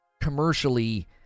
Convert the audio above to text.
commercially